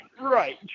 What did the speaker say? right